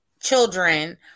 children